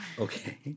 Okay